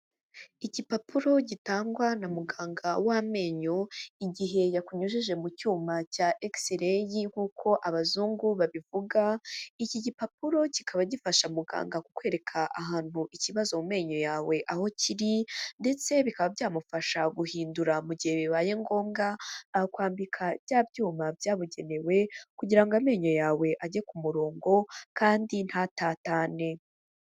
Igipapuro gitangwa na muganga w'amenyo, igihe yakunyujije mu cyuma cya Egisi-reyi nk'uko abazungu babivuga, iki gipapuro kikaba gifasha muganga kukwereka ahantu ikibazo mu menyo yawe aho kiri, ndetse bikaba byamufasha guhindura mu gihe bibaye ngombwa, akakwambika bya byuma byabugenewe, kugira ngo amenyo yawe ajye ku murongo kandi ntatatane.